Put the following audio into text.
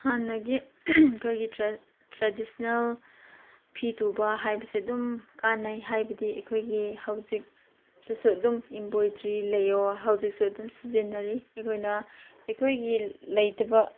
ꯍꯥꯟꯅꯒꯤ ꯑꯩꯈꯣꯏꯒꯤ ꯇ꯭ꯔꯦꯗꯤꯁꯅꯦꯜ ꯐꯤ ꯇꯨꯕ ꯍꯥꯏꯕꯁꯦ ꯑꯗꯨꯝ ꯀꯥꯟꯅꯩ ꯍꯥꯏꯕꯗꯤ ꯑꯩꯈꯣꯏꯒꯤ ꯍꯧꯖꯤꯛꯇꯁꯨ ꯑꯗꯨꯝ ꯏꯝꯕꯣꯏꯗ꯭ꯔꯤ ꯂꯩꯌꯣ ꯍꯧꯖꯤꯛꯁꯨ ꯑꯗꯨꯝ ꯁꯤꯖꯤꯟꯅꯔꯤ ꯑꯩꯈꯣꯏꯅ ꯑꯩꯈꯣꯏꯒꯤ ꯂꯩꯇꯕ